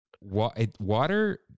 Water